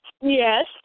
Yes